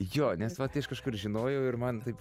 jo nes vat iš kažkur žinojau ir man taip